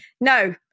no